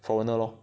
foreigner lor